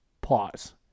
Pause